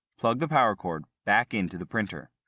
plug the power cord back into the printer.